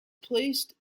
placed